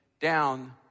down